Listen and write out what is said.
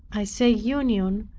i say union,